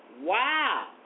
Wow